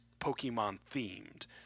Pokemon-themed